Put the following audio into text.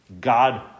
God